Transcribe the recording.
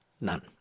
None